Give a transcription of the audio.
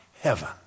heaven